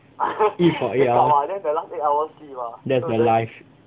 eat for eight hour that's the life